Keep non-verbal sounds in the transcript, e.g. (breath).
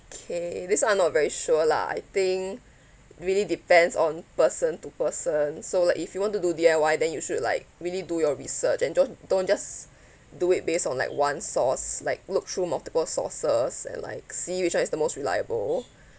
K this one I'm not very sure lah I think really depends on person to person so like if you want to do D_I_Y then you should like really do your research and don't don't just (breath) do it base on like one source like look through multiple sources and like see which one is the most reliable (breath)